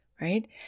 right